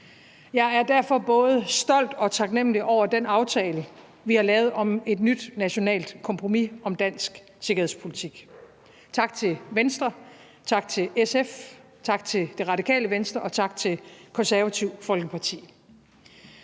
Jeg er derfor både stolt af og taknemlig over den aftale, vi har lavet om et nyt nationalt kompromis om dansk sikkerhedspolitik. Tak til Venstre, tak til SF, tak til Radikale Venstre og tak til Det Konservative Folkeparti